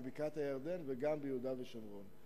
בבקעת-הירדן וגם ביהודה ושומרון.